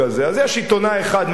אז יש עיתונאי אחד,